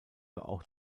auch